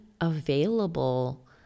available